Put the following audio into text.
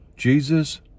Jesus